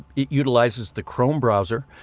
utilizes the chrome browser